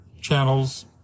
channels